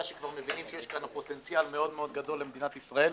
שמבינים כבר שיש כאן פוטנציאל מאוד מאוד גדול למדינת ישראל.